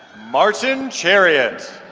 martin chariot